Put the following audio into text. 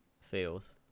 feels